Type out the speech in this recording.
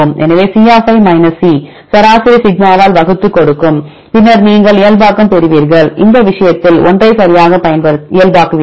எனவே C C சராசரி சிக்மாவால் வகுத்து கொடுக்கும் பின்னர் நீங்கள் இயல்பாக்கம் பெறுவீர்கள் இந்த விஷயத்தில் 1 ஐ சரியாக இயல்பாக்குவீர்கள்